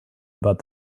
about